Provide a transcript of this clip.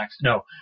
No